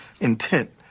intent